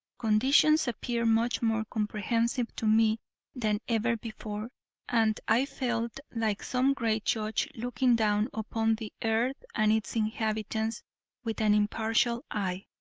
conditions appeared much more comprehensive to me than ever before and i felt like some great judge looking down upon the earth and its inhabitants with an impartial eye.